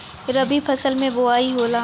रबी फसल मे बोआई होला?